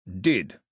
Did